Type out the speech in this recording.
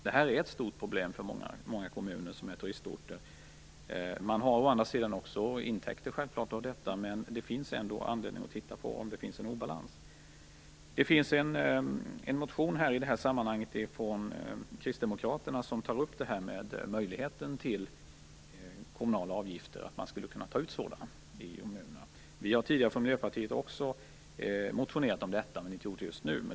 Det här är ett stort problem för många kommuner som är turistorter. Man har självklart också intäkter, men det finns ändå anledning att titta på om det finns en obalans. I det här sammanhanget finns det en motion från kristdemokraterna som tar upp möjligheten att ta ut kommunala avgifter i kommunerna. Miljöpartiet har tidigare också motionerat om detta, dock inte just nu.